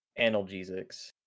analgesics